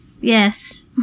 Yes